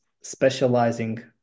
specializing